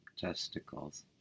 testicles